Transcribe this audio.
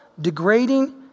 degrading